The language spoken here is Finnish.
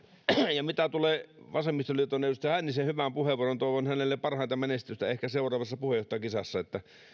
mitä tulee vasemmistoliiton edustaja hännisen hyvään puheenvuoroon niin toivon hänelle parhainta menestystä ehkä seuraavassa puheenjohtajakisassa